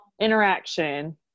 interaction